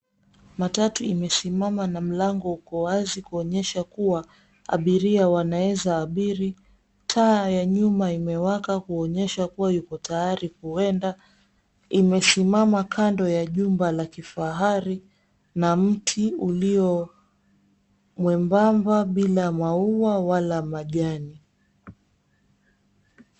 Matatu imesimama na mlango uko wazi kuonyesha kuwa abiria wanaeza abiri. Taa ya nyuma imewaka kuonyesha kuwa yuko tayari kuenda. Imesimama kando ya jumba la kifahari na mti ulio mwembamba bila maua wala majani.